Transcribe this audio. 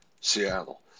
Seattle